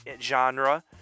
genre